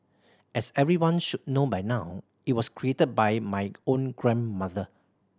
as everyone should know by now it was created by my own grandmother